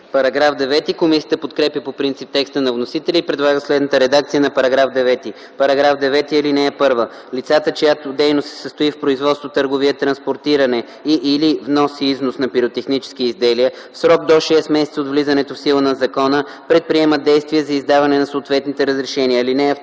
По § 9 комисията подкрепя по принцип текста на вносителя и предлага следната редакция на параграфа: „§ 9. (1) Лицата, чиято дейност се състои в производство, търговия, транспортиране и/или внос/износ на пиротехнически изделия, в срок до шест месеца от влизането в сила на закона предприемат действия за издаване на съответните разрешения.